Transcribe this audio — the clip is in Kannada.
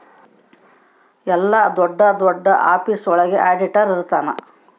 ಎಲ್ಲ ದೊಡ್ಡ ದೊಡ್ಡ ಆಫೀಸ್ ಒಳಗ ಆಡಿಟರ್ ಇರ್ತನ